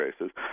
races